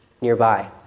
nearby